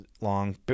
long